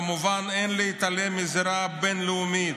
כמובן אין להתעלם מהזירה הבין-לאומית,